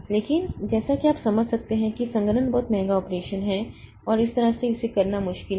लेकिन जैसा कि आप समझ सकते हैं कि संघनन बहुत महंगा ऑपरेशन है और इस तरह से इसे करना मुश्किल है